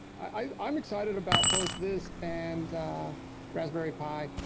i'm excited about both this and raspberry pi.